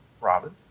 Robin